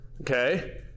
Okay